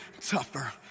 tougher